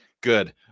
good